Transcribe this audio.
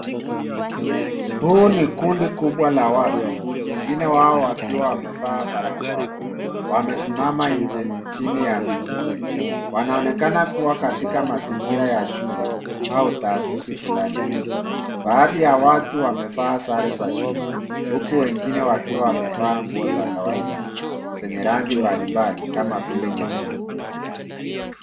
Huu ni kundi kubwa la watu wengine wao wakiwa wamevaa barakoa. Wamesimama nje chini ya mti, wanaonekana kuwa katika mazingira ya shule au tasisi fulani. Baadhi ya watu wamevaa sare za shule huku wengine wakiwa wamevaa nguo za kawaida zenye rangi mbali mbali kama vile nyekundu.